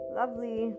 lovely